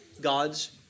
God's